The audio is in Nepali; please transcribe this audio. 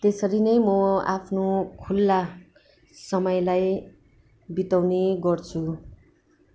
त्यसरी नै म आफ्नो खुला समयलाई बिताउने गर्छु